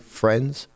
friends